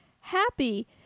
happy